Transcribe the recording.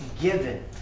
given